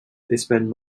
spend